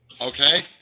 Okay